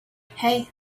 hey